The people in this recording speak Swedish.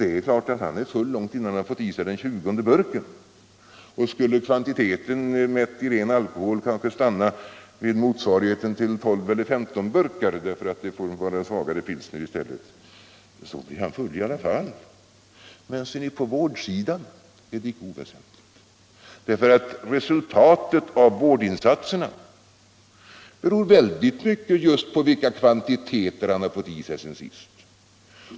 Det är klart att han är full långt innan han har fått i sig den tjugonde burken, och skulle kvantiteten mätt i ren alkohol kanske stanna vid motsvarigheten till 12 eller 15 burkar därför att det han dricker är svagare pilsner i stället för mellanöl, blir han full i alla fall. Men på vårdsidan är detta icke oväsentligt, därför att resultatet av vårdinsatserna i hög grad beror på vilka kvantiteter han har fått i sig sedan sist.